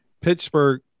Pittsburgh